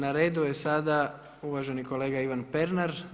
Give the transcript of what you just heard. Na redu je sada uvaženi kolega Ivan Pernar.